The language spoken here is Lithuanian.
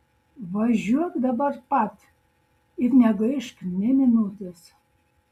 važiuok dabar pat ir negaišk nė minutės